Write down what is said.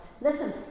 Listen